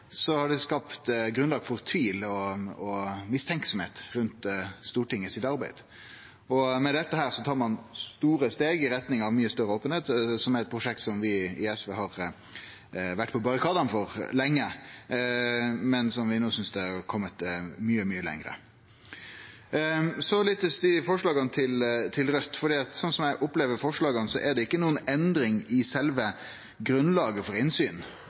har vore så lite openheit og innsyn, skapt grunnlag for tvil og mistanke rundt arbeidet til Stortinget. Med dette tar ein store steg i retning av mykje større openheit, som er eit prosjekt som vi i SV har stått på barrikadane for lenge, men som vi no synest har kome mykje, mykje lenger. Litt om forslaga frå Raudt: Slik eg opplever forslaga, vil dei ikkje gi noka endring i sjølve grunnlaget for innsyn, men det må vurderast bitte litt nærmare av partigruppene om ein skal gi innsyn